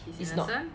he's not